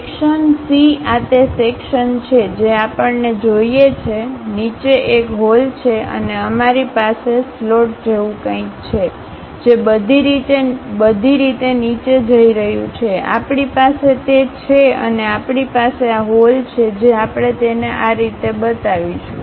ક્શન્ C આ તે section છે જે આપણને જોઈએ છે નીચે એક હોલ છે અને અમારી પાસે સ્લોટ જેવું કંઈક છે જે બધી રીતે નીચે જઈ રહ્યું છે આપણી પાસે તે છે અને આપણી પાસે આ હોલ છે જે આપણે તેને આ રીતે બતાવીશું